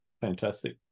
fantastic